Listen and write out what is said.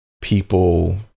people